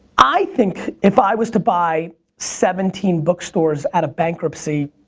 i think if i was to buy seventeen bookstores at a bankruptcy,